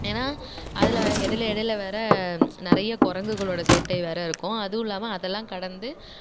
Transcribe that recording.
ஏன்னா அதில் இடையில இடையில வேறு நிறையா குரங்குகளோட சேட்டை வேறு இருக்கும் அதுவும் இல்லாமல் அதல்லாம் கடந்து